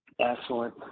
excellent